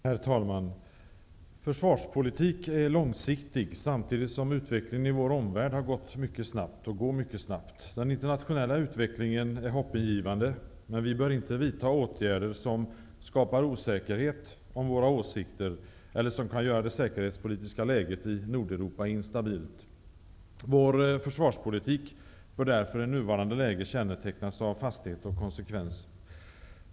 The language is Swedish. Herr talman! Försvarspolitik bedrivs långsiktigt, samtidigt som utvecklingen i vår omvärld har gått och går mycket snabbt. Den internationella utvecklingen är hoppingivande, men vi bör inte vidta åtgärder som skapar osäkerhet om våra politiska åsikter eller som kan göra det säkerhetspolitiska läget i Nordeuropa instabilt. Vår försvarspolitik bör därför i nuvarande läge kännetecknas av fasthet och konsekvens.